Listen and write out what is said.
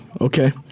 Okay